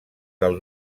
del